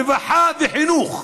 הרווחה והחינוך,